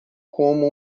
como